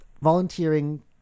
volunteering